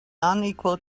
unequal